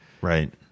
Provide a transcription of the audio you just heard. Right